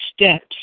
steps